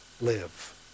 live